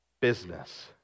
business